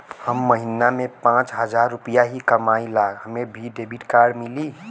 हम महीना में पाँच हजार रुपया ही कमाई ला हमे भी डेबिट कार्ड मिली?